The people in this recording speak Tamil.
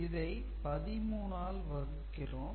இதை 13 ஆல் வகுக்கிறோம்